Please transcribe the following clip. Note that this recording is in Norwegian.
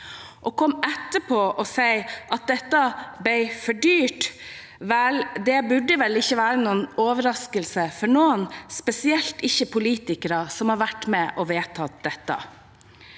kommer etterpå og sier at dette ble for dyrt: Vel, det burde ikke være noen overraskelse for noen, spesielt ikke politikere som har vært med på å vedta dette.